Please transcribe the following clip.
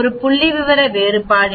ஒரு புள்ளிவிவர வேறுபாடு